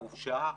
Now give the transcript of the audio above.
חופשה בשכר,